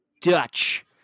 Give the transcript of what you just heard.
Dutch